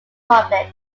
public